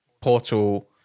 Portal